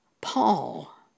Paul